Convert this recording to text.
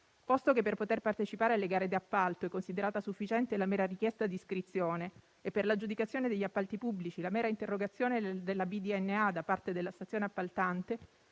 posto che per poter partecipare alle gare di appalto è considerata sufficiente la mera richiesta d'iscrizione e per l'aggiudicazione degli appalti pubblici la mera interrogazione della banca dati nazionale